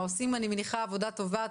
אני מניחה שעושים עבודה טובה,